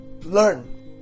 learn